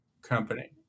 company